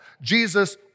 Jesus